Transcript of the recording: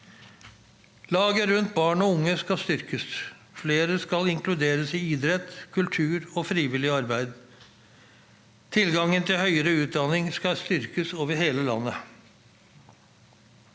Laget rundt barn og unge skal styrkes, og flere skal inkluderes i idrett, kultur og frivillig arbeid. Tilgangen til høyere utdanning skal styrkes over hele landet.